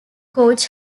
coach